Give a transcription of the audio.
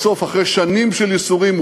אחרי שנים של ייסורים,